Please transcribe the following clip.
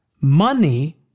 money